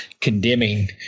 condemning